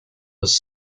was